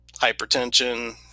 hypertension